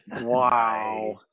Wow